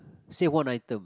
say one item